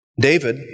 David